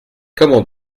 comment